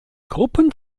gruppen